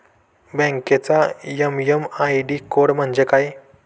बँकेचा MM ID code म्हणजे काय?